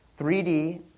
3D